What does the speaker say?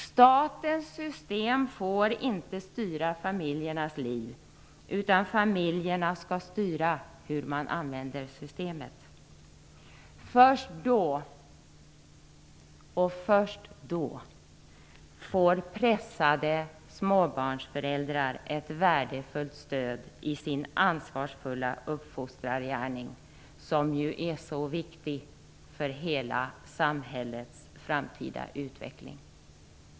Statens system får inte styra familjernas liv, utan familjerna skall styra hur man använder systemet. Först då, ja, först då får pressade småbarnsföräldrar ett värdefullt stöd i sin ansvarsfulla uppfostrargärning som är så viktig för hela samhällets framtida utveckling.